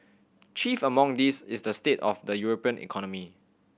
chief among these is the state of the European economy